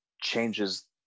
changes